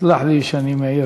סלח לי שאני מעיר,